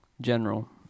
general